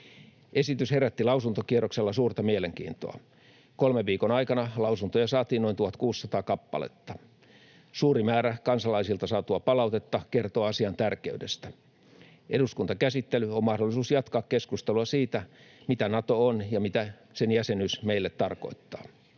Esitys herätti lausuntokierroksella suurta mielenkiintoa. Kolmen viikon aikana lausuntoja saatiin noin 1 600 kappaletta. Suuri määrä kansalaisilta saatua palautetta kertoo asian tärkeydestä. Eduskuntakäsittely on mahdollisuus jatkaa keskustelua siitä, mitä Nato on ja mitä sen jäsenyys meille tarkoittaa.